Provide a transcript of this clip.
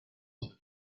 until